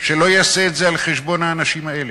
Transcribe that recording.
שלא יעשה את זה על חשבון האנשים האלה.